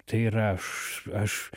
tai yra aš aš